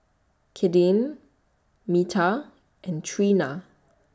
Kadyn Minta and Treena